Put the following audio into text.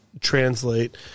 translate